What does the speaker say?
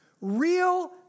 real